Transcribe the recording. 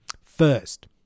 First